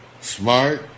Smart